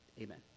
Amen